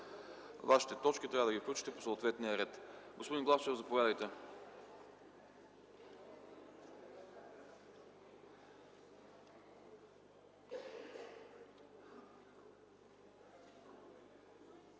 Вашите точки трябва да ги включите по съответния ред. Господин Главчев, заповядайте.